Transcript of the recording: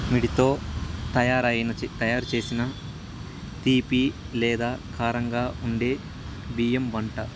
వాటితో తయారయిన తయారు చేసిన తీపి లేదా కారంగా ఉండే బియ్యం వంట